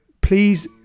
Please